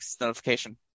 notification